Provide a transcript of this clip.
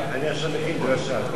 אני עכשיו מכין דרשה.